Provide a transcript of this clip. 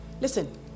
Listen